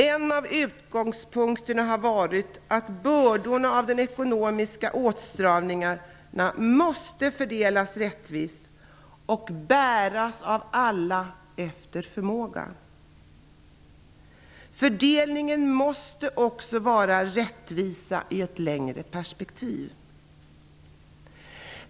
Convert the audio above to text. En av utgångspunkterna har varit att bördorna av de ekonomiska åtstramningarna måste fördelas rättvist och bäras av alla efter förmåga. Fördelningen måste också innebära rättvisa i ett längre perspektiv.